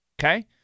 Okay